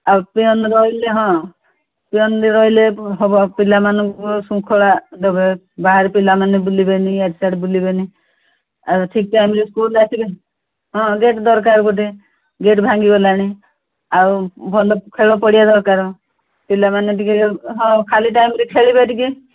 ଆଉ ପିଅନ ରହିଲେ ହଁ ପିଅନ ରହିଲେ ହେବ ପିଲାମାନଙ୍କୁ ଶୃଙ୍ଖଳା ଦେବେ ବାହାରେ ପିଲାମାନେ ବୁଲିବେନି ଇଆଡ଼େ ସିଆଡ଼େ ବୁଲିବେନି ଆଉ ଠିକ୍ ଟାଇମ୍ରେ ସ୍କୁଲ ଆସିବେ ହଁ ଗେଟ୍ ଦରକାର ଗୋଟେ ଗେଟ୍ ଭାଙ୍ଗିଗଲାଣି ଆଉ ଭଲ ଖେଳ ପଡ଼ିଆ ଦରକାର ପିଲାମାନେ ଟିକେ ହଁ ଖାଲି ଟାଇମ୍ରେ ଖେଳିବେ ଟିକେ